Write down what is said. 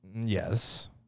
Yes